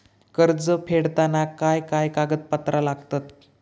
कर्ज फेडताना काय काय कागदपत्रा लागतात?